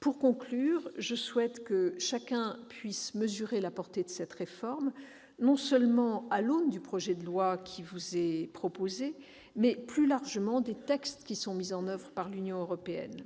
Pour conclure, je souhaite que chacun puisse mesurer la portée de cette réforme à l'aune non seulement du projet de loi qui vous est proposé, mais plus largement des textes mis en oeuvre par l'Union européenne.